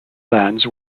lands